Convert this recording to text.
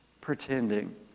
pretending